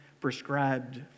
prescribed